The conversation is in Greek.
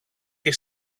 και